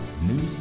News